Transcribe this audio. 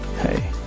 hey